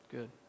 Good